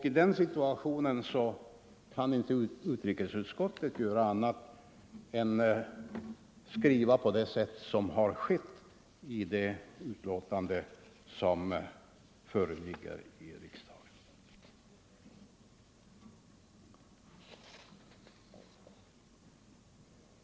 I den situationen har inte det svenska utrikesutskottet kunnat skriva på annat sätt än det har gjort i det föreliggande betänkandet.